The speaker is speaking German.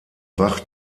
bach